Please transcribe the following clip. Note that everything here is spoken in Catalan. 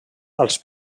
als